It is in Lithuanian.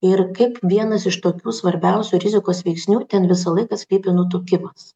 ir kaip vienas iš tokių svarbiausių rizikos veiksnių ten visą laiką slypi nutukimas